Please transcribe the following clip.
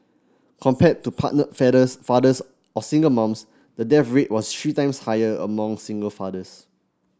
compared to partnered fathers or single moms the death rate was three times higher among single fathers